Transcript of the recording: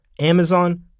Amazon